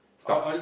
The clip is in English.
stocks